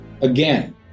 Again